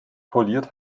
poliert